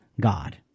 God